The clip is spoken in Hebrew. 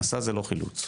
'מסע' זה לא חילוץ.